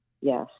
Yes